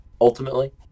ultimately